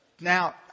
Now